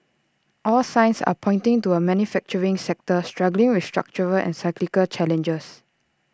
all signs are pointing to A manufacturing sector struggling with structural and cyclical challenges